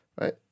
Right